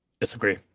Disagree